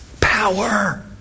power